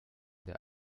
der